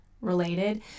related